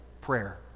prayer